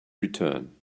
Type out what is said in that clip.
return